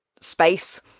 space